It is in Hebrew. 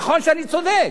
נכון שאני צודק?